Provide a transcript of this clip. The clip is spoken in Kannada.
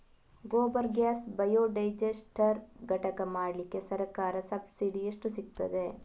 ಗೋಬರ್ ಗ್ಯಾಸ್ ಬಯೋಡೈಜಸ್ಟರ್ ಘಟಕ ಮಾಡ್ಲಿಕ್ಕೆ ಸರ್ಕಾರದ ಸಬ್ಸಿಡಿ ಎಷ್ಟು ಸಿಕ್ತಾದೆ?